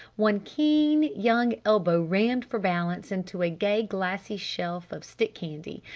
one keen young elbow rammed for balance into a gay glassy shelf of stick-candy,